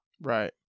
Right